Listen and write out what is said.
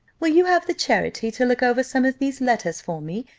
will you have the charity to look over some of these letters for me,